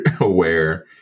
aware